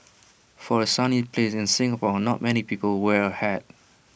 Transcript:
for A sunny place like Singapore not many people wear A hat